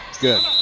Good